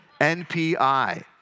NPI